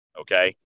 Okay